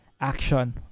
action